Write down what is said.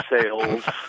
sales